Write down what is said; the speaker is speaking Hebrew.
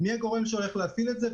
מי הגורם שהולך להפעיל את זה,